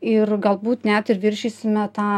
ir galbūt net ir viršysime tą